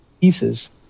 pieces